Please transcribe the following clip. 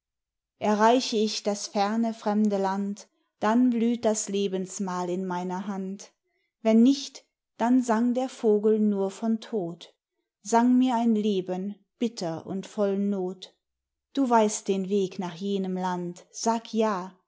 erreiche ich das ferne fremde land dann blüht das lebensmal in meiner hand wenn nicht dann sang der vogel nur von tod sang mir ein leben bitter und voll not du weißt den weg nach jenem land sag ja